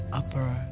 upper